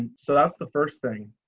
and so that's the first thing